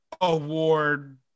award